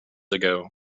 ago